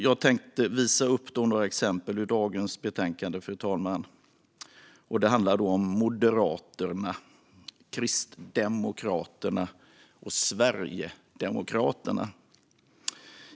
Jag tänkte visa upp några exempel i dagens betänkande, och det handlar om Moderaterna, Kristdemokraterna och Sverigedemokraterna.